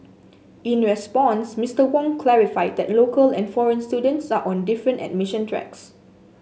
in response Mister Wong clarified that local and foreign students are on different admission tracks